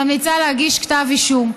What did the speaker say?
ממליצה להגיש כתב אישום.